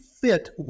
fit